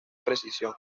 precisión